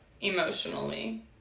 emotionally